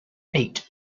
eight